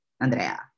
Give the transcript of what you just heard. Andrea